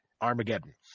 Armageddon